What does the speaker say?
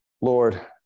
lord